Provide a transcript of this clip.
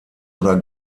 oder